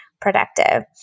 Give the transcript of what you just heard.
Productive